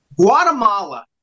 Guatemala